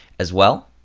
as well,